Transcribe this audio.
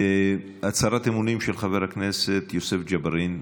הצהרת אמונים של חבר הכנסת יוסף ג'בארין.